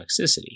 toxicity